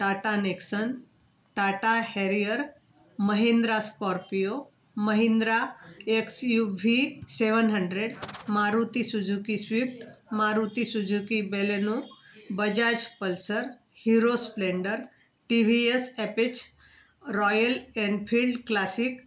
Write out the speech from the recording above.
Tata Nexon Tata Harrier Mahindra Scorpio Mahindra X U V seven hundred Maruti Suzuki Swift Maruti Suzuki Baleno Bajaj Pulsar Hero Splendor T V S Apache Royal Enfield classic